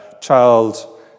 Child